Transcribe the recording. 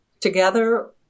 Together